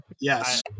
Yes